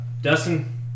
Dustin